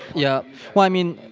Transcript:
yeah, well i mean,